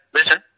listen